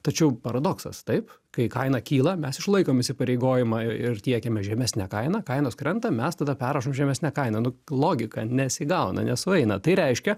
tačiau paradoksas taip kai kaina kyla mes išlaikom įsipareigojimą ir tiekiame žemesnę kainą kainos krenta mes tada perrašom žemesne kaina nu logika nesigauna nesueina tai reiškia